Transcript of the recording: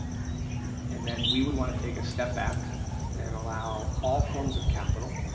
and then we would wanna take a step back and allow all forms of capital,